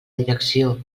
direcció